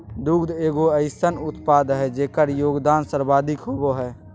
दुग्ध एगो अइसन उत्पाद हइ जेकर योगदान सर्वाधिक होबो हइ